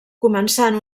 començant